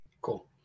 Cool